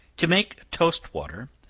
to make toast-water,